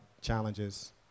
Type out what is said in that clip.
challenges